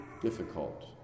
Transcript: Difficult